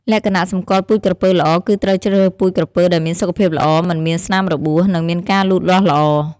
លក្ខណៈសម្គាល់ពូជក្រពើល្អ គឺត្រូវជ្រើសរើសពូជក្រពើដែលមានសុខភាពល្អ មិនមានស្នាមរបួស និងមានការលូតលាស់ល្អ។